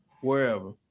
wherever